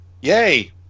yay